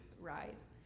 rise